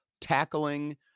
tackling